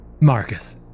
Marcus